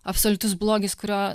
absoliutus blogis kurio